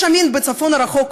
יש עמים בצפון הרחוק,